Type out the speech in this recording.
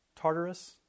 Tartarus